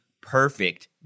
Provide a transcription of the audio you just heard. perfect